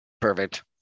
Perfect